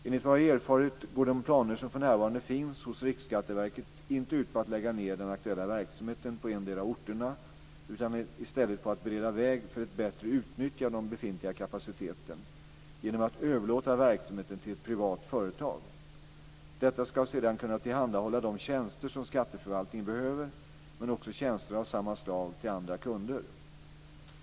Enligt vad jag har erfarit går de planer som för närvarande finns hos Riksskatteverket inte ut på att lägga ned den aktuella verksamheten på endera av orterna, utan i stället på att bereda väg för ett bättre utnyttjande av den befintliga kapaciteten genom att överlåta verksamheten till ett privat företag. Detta ska sedan kunna tillhandahålla de tjänster som skatteförvaltningen behöver men också tjänster av samma slag till andra kunder.